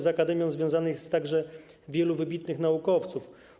Z akademią związanych jest także wielu wybitnych naukowców.